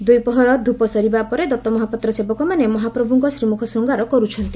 ଦ୍ୱିପ୍ରହର ଧୂପ ସରିବା ପରେ ଦଉମହାପାତ୍ର ସେବକମାନେ ମହାପ୍ରଭୁଙ୍କ ଶ୍ରୀମୁଖ ଶୃଙ୍ଗାର କରୁଛନ୍ତି